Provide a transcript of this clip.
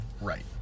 Right